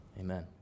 amen